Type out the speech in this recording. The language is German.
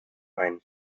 ein